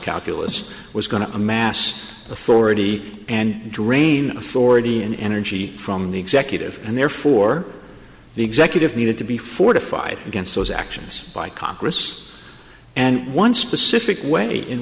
calculus was going to amass authority and drain authority and energy from the executive and therefore the executive needed to be fortified against those actions by congress and one specific way in